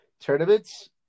tournaments